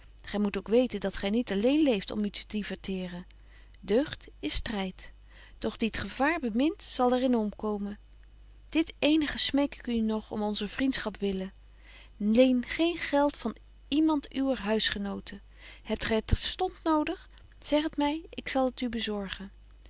gy moet ook weten dat gy niet alleen leeft om u te diverteeren deugd is stryd doch die t gevaar bemint zal er in omkomen dit eenige smeek ik u nog om onzer vriendschaps wille leen geen geld van iemand uwer huisgenoten hebt gy het terstond nodig zeg het my ik zal t u bezorgen